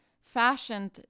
fashioned